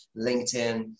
LinkedIn